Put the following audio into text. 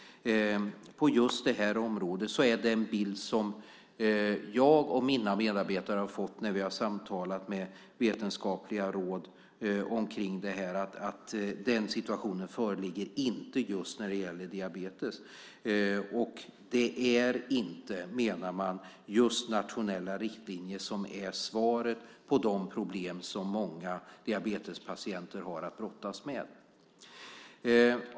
På just det här området är den bild som jag och mina medarbetare har fått när vi har samtalat med vetenskapliga råd att den situationen inte föreligger just när det gäller diabetes. Det är inte, menar man, just nationella riktlinjer som är svaret på de problem som många diabetespatienter har att brottas med.